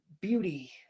beauty